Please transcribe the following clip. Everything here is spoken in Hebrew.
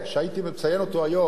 שהייתי מציין אותו היום,